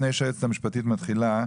לפני שהיועצת המשפטית מתחילה,